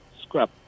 scrap